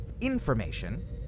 information